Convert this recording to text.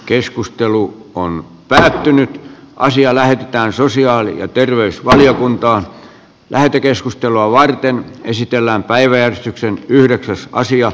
keskustelu on päätynyt asia lähetetään sosiaali ja terveysvaliokuntaan lähetekeskustelua varten esitellään päiväjärjestyksen yhdeksäs odottaa